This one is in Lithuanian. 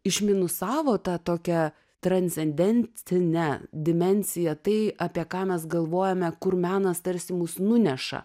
išminusavo tą tokią transcendencinę dimensiją tai apie ką mes galvojame kur menas tarsi mus nuneša